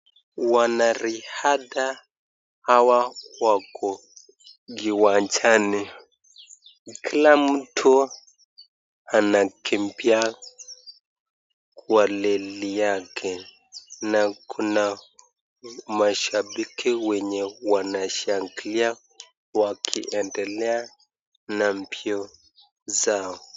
Wanariadha hawa wako kiwanjani. Kila mtu anakimbia kwa leni yake na kuna mashabiki wenye wanashangilia wakiendelea na mbio zao.